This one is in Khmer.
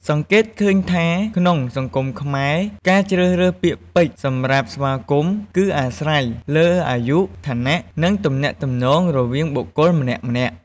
សង្កេតឃើញថាក្នុងសង្គមខ្មែរ ការជ្រើសរើសពាក្យពេចន៍សម្រាប់ស្វាគមន៍ គឺអាស្រ័យលើអាយុ ឋានៈ និងទំនាក់ទំនងរវាងបុគ្គលម្នាក់ៗ។